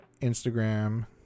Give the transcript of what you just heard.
Instagram